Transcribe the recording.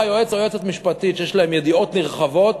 יועץ או יועצת משפטית שיש להם ידיעות נרחבות,